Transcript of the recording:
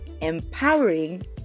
empowering